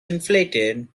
inflated